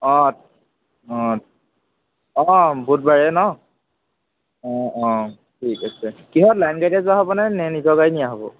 অ অ অ বুধবাৰে ন' অ অ ঠিক আছে কিহত লাইন গাড়ীতে যোৱা হ'বনে নে নিজৰ গাড়ী নিয়া হ'ব